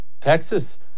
Texas